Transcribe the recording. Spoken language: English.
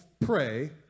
pray